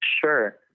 Sure